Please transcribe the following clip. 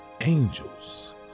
angels